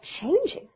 changing